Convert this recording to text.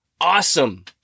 Awesome